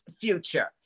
future